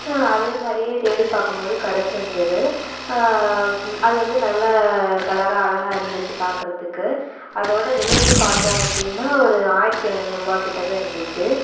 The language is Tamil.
அதேமாதிரியே தேடி பார்க்கும்போது கிடைச்சிருந்துது அதுவந்து நல்லா கலராக அழகாக இருந்துச்சு பாக்கிறதுக்கு அதோட விலையும் பார்த்தோம் அப்படின்னா ஒரு ஆயிரத்தி ஐநூரூபா கிட்டக்க இருந்துச்சு